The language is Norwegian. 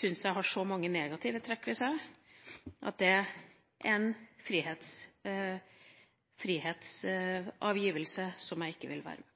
syns jeg har så mange negative trekk ved seg at det er en frihetsavgivelse som jeg ikke vil være med på.